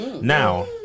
Now